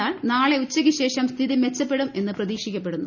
എന്നാൽ നാളെ ഉച്ചയ്ക്ക്ശേഷം സ്ഥിതി മെച്ചപ്പെടും എന്നു പ്രതീക്ഷിക്കപ്പെടുന്നു